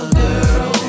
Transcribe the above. girl